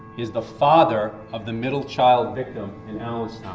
is the father of the middle child victim